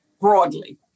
broadly